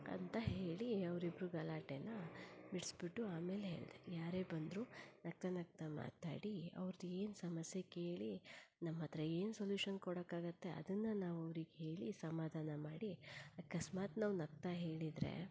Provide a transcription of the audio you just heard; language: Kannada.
ಅಂತ ಹೇಳಿ ಅವ್ರ ಇಬ್ಬರು ಗಲಾಟೆ ಬಿಡ್ಸಿಬಿಟ್ಟು ಆಮೇಲೆ ಹೇಳಿದೆ ಯಾರೇ ಬಂದರು ನಗ್ತಾ ನಗ್ತಾ ಮಾತಾಡಿ ಅವ್ರದ್ದು ಏನು ಸಮಸ್ಯೆ ಕೇಳಿ ನಮ್ಮಹತ್ರ ಏನು ಸೊಲ್ಯೂಷನ್ ಕೊಡಕಾಗತ್ತೆ ಅದನ್ನು ನಾವು ಅವ್ರಿಗೆ ಹೇಳಿ ಸಮಾಧಾನ ಮಾಡಿ ಅಕಸ್ಮಾತ್ ನಾವು ನಗ್ತಾ ಹೇಳಿದರೆ